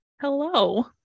hello